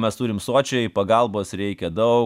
mes turim sočiai pagalbos reikia daug